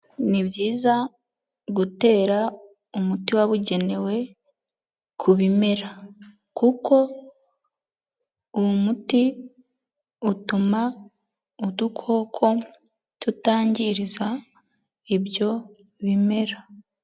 Ni byiza gutera umuti wabugenewe ku bimera. Kuko uwo umuti utuma udukoko tutangiriza ibyo bimera.